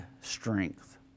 strength